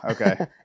okay